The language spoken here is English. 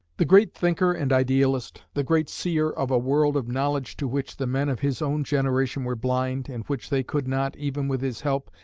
the great thinker and idealist, the great seer of a world of knowledge to which the men of his own generation were blind, and which they could not, even with his help,